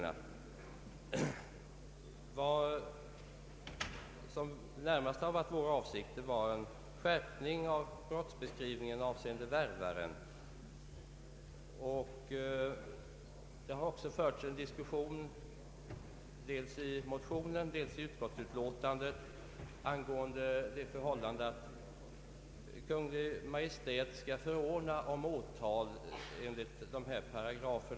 Vår avsikt var närmast att man skulle få en skärpning av brottsbeskrivningen avseende värvaren. Det har också förts en diskussion i både motionen och utskottsutlåtandet angående det förhållandet av Kungl. Maj:t skall förordna om åtal enligt dessa paragrafer.